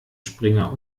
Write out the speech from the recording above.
springer